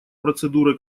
процедуры